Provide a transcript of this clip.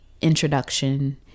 introduction